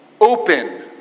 open